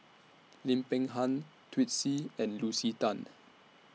Lim Peng Han Twisstii and Lucy Tan